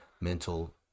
mental